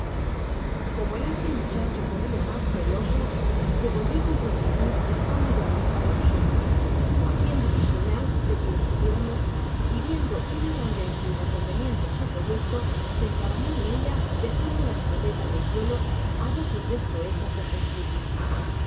como el ágil muchacho corria mas que el oso se volvió con prontitud estando ya cerca de nosotros haciéndonos señal de que le siguieramos y viendo una grande encina conveniente á su proyecto se encaramó en ella dejando la escopeta en el suelo á dos ó tres toesas de aquel sitio